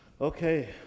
okay